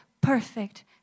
perfect